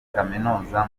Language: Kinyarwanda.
kaminuza